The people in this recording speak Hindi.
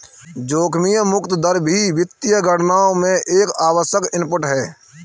जोखिम मुक्त दर भी वित्तीय गणनाओं में एक आवश्यक इनपुट है